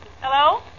Hello